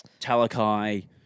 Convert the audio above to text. Talakai